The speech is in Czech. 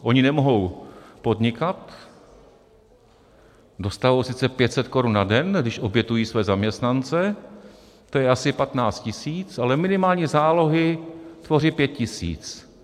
Oni nemohou podnikat, dostanou sice 500 korun na den, když obětují své zaměstnance, to je asi 15 tisíc, ale minimální zálohy tvoří 5 tisíc.